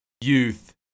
youth